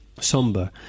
somber